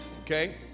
Okay